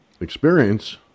experience